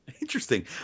interesting